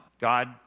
God